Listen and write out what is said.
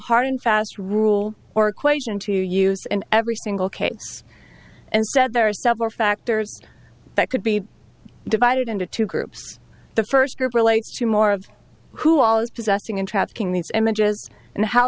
hard and fast rule or equation to use in every single case and said there are several factors that could be divided into two groups the first group relates to more of who a